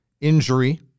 injury